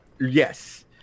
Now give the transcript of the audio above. Yes